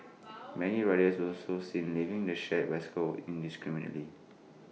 many riders were also seen leaving the shared bicycles indiscriminately